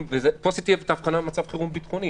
פה עשיתי את ההבחנה עם מצב חירום ביטחוני.